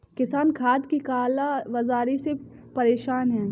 किसान खाद की काला बाज़ारी से परेशान है